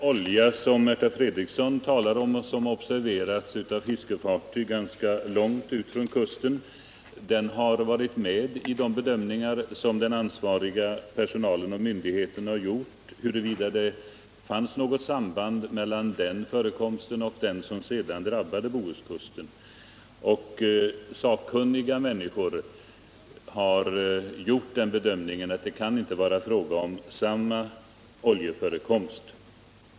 Herr talman! Frågan huruvida det fanns något samband mellan förekomsten av den olja som Märta Fredrikson talar om och som observerades av fiskefartyg ganska långt ut från kusten och den olja som sedan drabbade Bohuskusten har varit medtagen i de bedömningar som den ansvariga personilen och myndigheten har gjort. Sakkunniga människor har dock gjort bedömningen att det inte kan vara fråga om samma oljeförekomst.